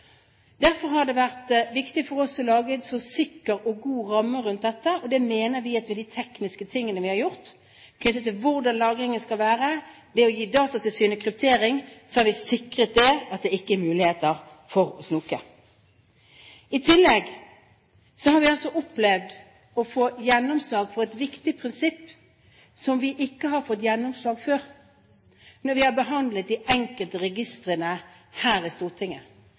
Derfor har det vært viktig for oss å lage en sikker og god ramme rundt dette. Vi mener at vi med de tekniske tingene vi har gjort, knyttet til hvordan lagringen skal være, og ved å gi Datatilsynet kryptering, har sikret at det ikke er mulig å snoke. I tillegg har vi opplevd å få gjennomslag for et viktig prinsipp som vi ikke har fått gjennomslag for før når vi har behandlet de enkelte registrene her i Stortinget,